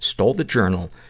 stole the journal,